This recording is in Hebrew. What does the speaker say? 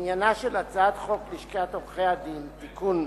עניינה של הצעת החוק לשכת עורכי-הדין (תיקון,